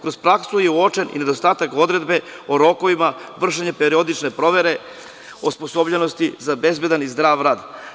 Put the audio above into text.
Kroz praksu je uočen i nedostatak odredbe o rokovima vršenja periodične provere osposobljenosti za bezbedan i zdrav rad.